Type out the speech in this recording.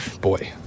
Boy